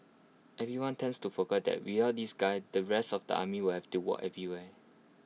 everyone tends to forgot that without these guys the rest of the army will have to walk everywhere